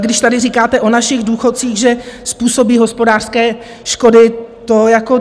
Když tady říkáte o našich důchodcích, že způsobí hospodářské škody, to jako...